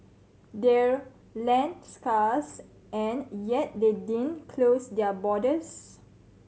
they're land scarce and yet they didn't close their borders